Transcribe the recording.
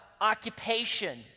occupation